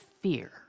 fear